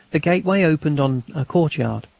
the gateway opened on a courtyard,